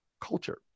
culture